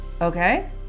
Okay